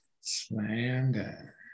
slander